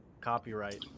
copyright